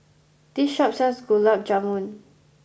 this shop sells Gulab Jamun